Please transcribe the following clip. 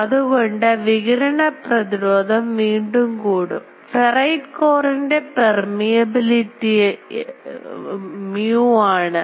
അതുകൊണ്ട് വികിരണ പ്രതിരോധ വീണ്ടും കൂടും ഫെറൈറ്റ് കോർ ൻറെ പെർമിയ ബിലിറ്റി mu ആണ്